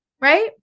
right